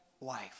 life